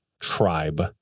tribe